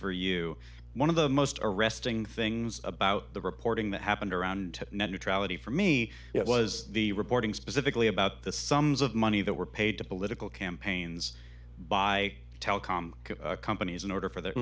for you one of the most arresting things about the reporting that happened around net neutrality for me it was the reporting specifically about the sums of money that were paid to political campaigns by telecom companies in order for the